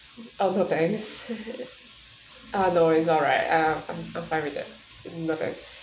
um no thanks uh no worries is alright uh I'm I'm fine with that no thanks